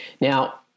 Now